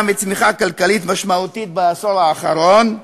מצמיחה כלכלית משמעותית בעשור האחרון,